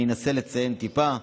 אני אנסה לציין טיפה.